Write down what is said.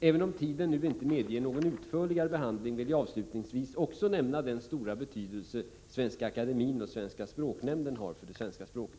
Även om tiden nu inte medger någon utförligare behandling vill jag avslutningsvis också nämna den stora betydelse Svenska akademien och Svenska språknämnden har för det svenska språket.